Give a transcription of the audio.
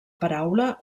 paraula